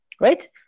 right